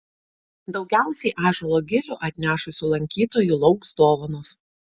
daugiausiai ąžuolo gilių atnešusių lankytojų lauks dovanos